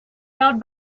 held